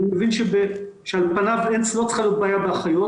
אני מבין שעל פניו לא צריכה להיות בעיה באחיות,